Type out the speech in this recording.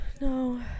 No